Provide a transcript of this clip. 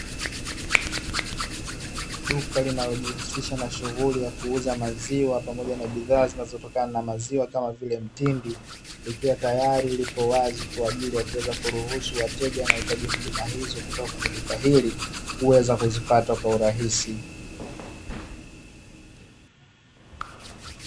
Duka linalojihusisha na shughuli ya kuuza maziwa pamoja na bidhaa zinazotokana na maziwa kama vile mtindi, likiwa tayari lipo wazi kwa ajili ya kuweza kuruhusu wateja wanaohitaji huduma hizo kutoka kwenye duka hili, kuweza kuzipata kwa urahisi.